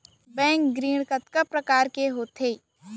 Bank ऋण कितने परकार के होथे ए?